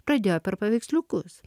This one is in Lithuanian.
pradėjo per paveiksliukus